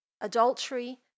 adultery